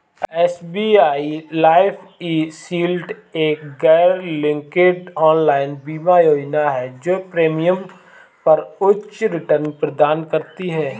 SBI life e shield एक गैरलिंक्ड online बीमा योजना है जो प्रीमियम पर उच्च रिटर्न प्रदान करती है